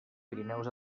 pirineus